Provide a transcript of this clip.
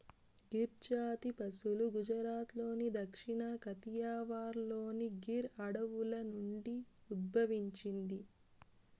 గిర్ జాతి పసులు గుజరాత్లోని దక్షిణ కతియావార్లోని గిర్ అడవుల నుండి ఉద్భవించింది